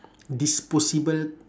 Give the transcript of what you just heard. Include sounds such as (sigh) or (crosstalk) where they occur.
(noise) disposable